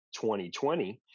2020